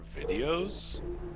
videos